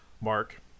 Mark